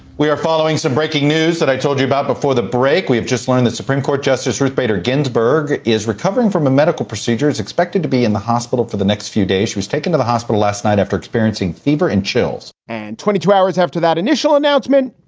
we are following some breaking news that i told you about before the break. we have just learned that supreme court justice ruth bader ginsburg is recovering from a medical procedure, is expected to be in the hospital for the next few days. she was taken to the hospital last night after experiencing fever and chills. and twenty two hours after that initial announcement.